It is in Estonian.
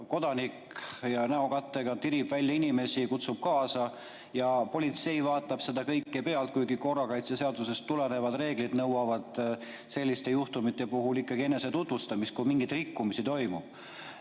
kodanik tirib välja inimesi, kutsub kaasa, ja politsei vaatab seda kõike pealt, kuigi korrakaitseseadusest tulenevad reeglid nõuavad selliste juhtumite puhul ikkagi enese tutvustamist, kui mingeid rikkumisi toimub.